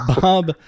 bob